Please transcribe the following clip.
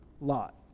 Lot